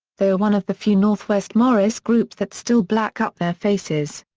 they are one of the few north west morris groups that still black up their faces.